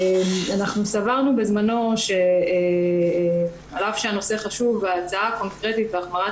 סברנו בזמנו שעל אף שהנושא חשוב ההצעה הקונקרטית והחמרת